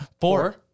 Four